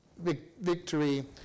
victory